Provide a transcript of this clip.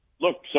look